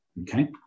Okay